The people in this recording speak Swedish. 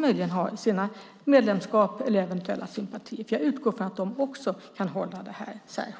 möjligen har sina medlemskap eller eventuella sympatier. Jag utgår från att de också kan hålla det här särskilt.